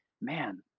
man